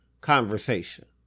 conversation